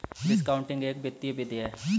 discounting एक वित्तीय विधि है